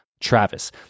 Travis